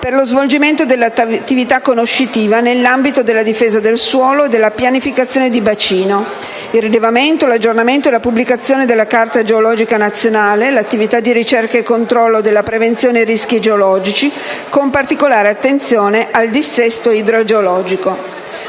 per lo svolgimento dell'attività conoscitiva nell'ambito della difesa del suolo e della pianificazione di bacino, il rilevamento, l'aggiornamento e la pubblicazione della carta geologica nazionale, attività di ricerca e controllo della prevenzione rischi geologici, con particolare attenzione al dissesto idrogeologico.